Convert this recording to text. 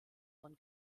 von